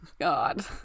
God